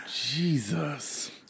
Jesus